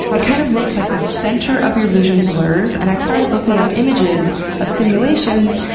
it kind of looks like the center of your vision blurs. and i started looking up images of simulations,